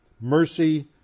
Mercy